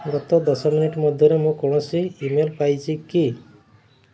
ଗତ ଦଶ ମିନିଟ୍ ମଧ୍ୟରେ ମୁଁ କୌଣସି ଇମେଲ୍ ପାଇଛି କି